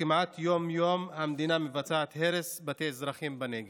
כמעט יום-יום המדינה מבצעת הרס בתי אזרחים בנגב.